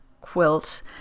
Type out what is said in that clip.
Quilts